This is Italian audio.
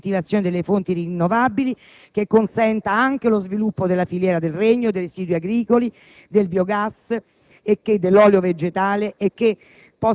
definire una revisione dei meccanismi di incentivazione delle fonti rinnovabili che consenta anche lo sviluppo della filiera del legno, dei residui agricoli, del biogas,